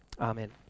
Amen